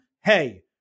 hey